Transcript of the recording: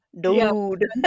dude